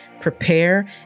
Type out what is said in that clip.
prepare